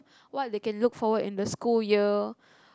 what they can look forward in the school year